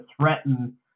threaten